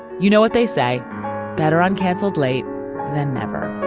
you know what they say better on canceled late than never